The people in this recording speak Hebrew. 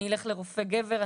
אני אלך לרופא גבר,